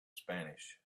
spanish